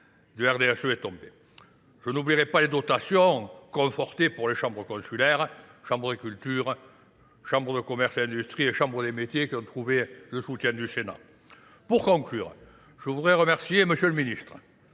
du RDSE est tombé. Je n'oublierai pas les dotations confortées pour les chambres consulaires, chambres de culture, chambres de commerce et industrie et chambres des métiers qui ont trouvé le soutien du Sénat. Pour conclure, je voudrais remercier monsieur le ministre,